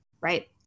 Right